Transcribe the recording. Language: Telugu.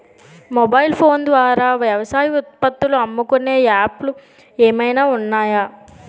మొబైల్ ఫోన్ ద్వారా వ్యవసాయ ఉత్పత్తులు అమ్ముకునే యాప్ లు ఏమైనా ఉన్నాయా?